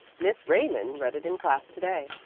miss raymond read it in class to-day,